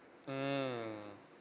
mmhmm